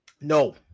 No